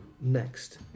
next